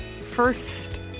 first